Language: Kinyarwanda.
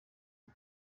ubu